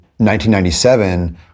1997